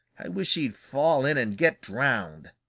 i wish he'd fall in and get drowned!